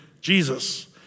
Jesus